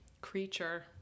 creature